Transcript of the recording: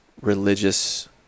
religious